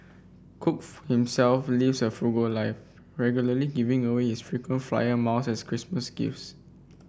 cook himself lives a frugal life regularly giving away is frequent flyer Christmas gifts